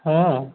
ହଁ